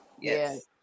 Yes